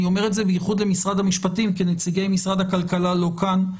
אני אומר את זה בייחוד למשרד המשפטים כי נציגי משרד הכלכלה לא כאן,